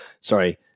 sorry